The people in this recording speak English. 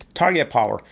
target power,